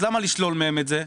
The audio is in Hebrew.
למה לשלול מהם את זה?